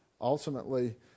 Ultimately